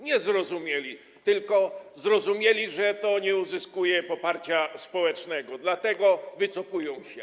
Nie zrozumieli, tylko zrozumieli, że to nie zyskuje poparcia społecznego, dlatego wycofują się.